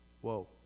Whoa